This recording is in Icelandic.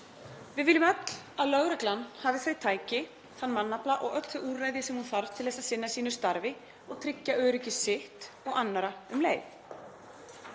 Við viljum öll að lögreglan hafi þau tæki, þann mannafla og öll þau úrræði sem hún þarf til að sinna sínu starfi og tryggja öryggi sitt og annarra um leið.